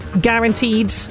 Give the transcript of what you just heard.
guaranteed